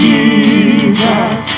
Jesus